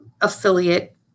affiliate